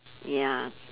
ya